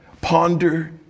ponder